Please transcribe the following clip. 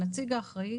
הנציג האחראי,